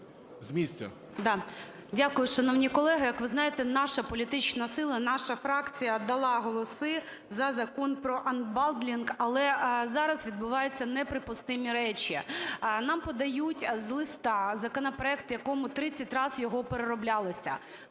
Дякую, шановні колеги. Як ви знаєте, наша політична сила, наша фракція дала голоси за Закон про анбандлінг, але зараз відбуваються неприпустимі речі. Нам подають з листа законопроект, в якому 30 раз його перероблялося,